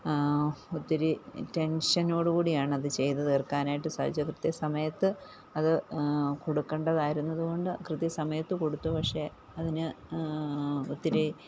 ഒത്തിരി ടെൻഷനോട് കൂടിയാണത് ചെയ്തു തീർക്കാനായിട്ട് സാധിച്ചത് കൃത്യ സമയത്ത് അത് കൊടുക്കണ്ടതായിരുന്നതുകൊണ്ട് കൃത്യ സമയത്ത് കൊടുത്തു പക്ഷേ അതിന് ഒത്തിരി